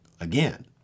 again